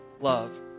love